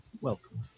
welcome